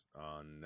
on